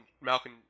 Malcolm